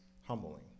humbling